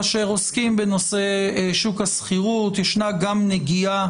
כאשר עוסקים בנושא שוק השכירות יש גם נגיעה